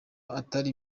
atari